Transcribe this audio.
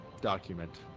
document